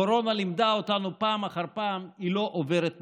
הקורונה לימדה אותנו פעם אחר פעם שהיא לא עוברת מעצמה.